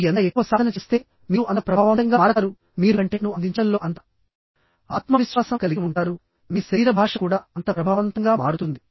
మీరు ఎంత ఎక్కువ సాధన చేస్తే మీరు అంత ప్రభావవంతంగా మారతారు మీరు కంటెంట్ను అందించడంలో అంత ఆత్మవిశ్వాసం కలిగి ఉంటారు మీ శరీర భాష కూడా అంత ప్రభావవంతంగా మారుతుంది